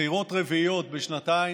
בחירות רביעיות בשנתיים?